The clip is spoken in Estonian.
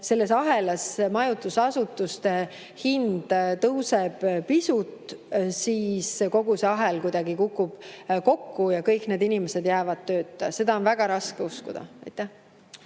selles ahelas majutusasutuste hind tõuseb pisut, siis kogu see ahel kuidagi kukub kokku ja kõik need inimesed jäävad tööta. Seda on väga raske uskuda. Aitäh!